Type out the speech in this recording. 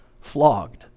flogged